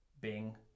bing